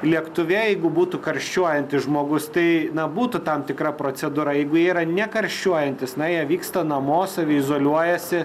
lėktuve jeigu būtų karščiuojantis žmogus tai na būtų tam tikra procedūra jeigu jie yra nekarščiuojantys na jie vyksta namo saviizoliuojasi